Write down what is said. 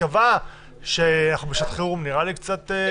קבעה שאנחנו בשעת חירום נראה לי קצת לא גמיש.